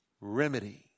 Remedy